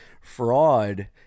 fraud